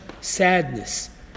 sadness